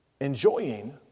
enjoying